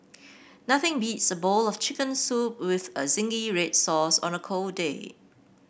nothing beats the bowl of chicken soup with a zingy red sauce on a cold day